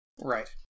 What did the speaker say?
Right